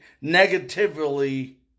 negatively